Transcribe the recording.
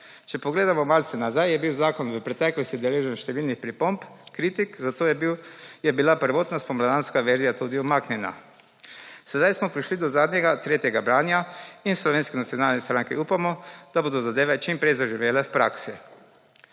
Če pogledamo malce nazaj, je bil zakon v preteklosti deležen številnih pripomb, kritik, zato je bil, je bila prvotna spomladanska verzija tudi umaknjena. Sedaj smo prišli do zadnjega tretjega branja in v Slovenski nacionalni stranki upamo, da bodo zadeve čim prej zaživele v praksi.